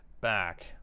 back